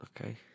okay